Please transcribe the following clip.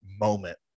moment